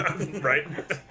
Right